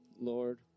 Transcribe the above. Lord